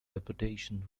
reputation